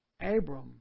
Abram